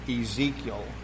Ezekiel